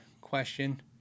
question